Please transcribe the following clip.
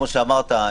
כמו שאמרת,